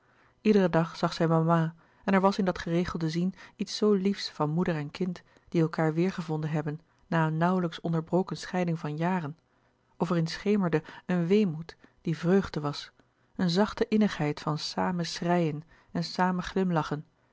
iederen dag zag zij mama en er was in dat geregelde zien iets zoo liefs van moeder en kind die elkaâr weêrgevonden hebben na een nauwlijks onderbroken scheiding van jaren of er in schemerde een weemoed die vreugde was een zachte innigheid van samen schreien en samen glimlachen